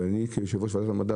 כיושב-ראש ועדת המדע,